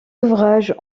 ouvrages